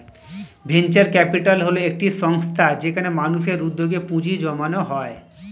venture capital হল একটি সংস্থা যেখানে মানুষের উদ্যোগে পুঁজি জমানো হয়